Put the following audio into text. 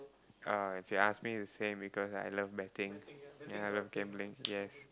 uh if you ask me it's the same because I love betting ya I love gambling yes